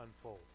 unfold